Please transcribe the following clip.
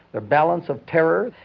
their balance of terror,